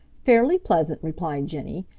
fairly pleasant, replied jenny.